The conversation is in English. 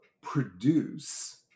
produce